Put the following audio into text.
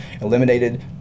Eliminated